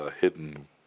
hidden